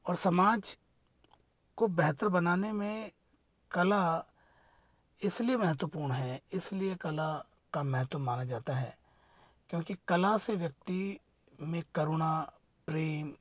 और समाज को बेहतर बनाने में कला इसलिए महत्वपूर्ण है इसलिए कला का महत्व माना जाता है क्योंकि कला से व्यक्ति नित करुणा प्रेम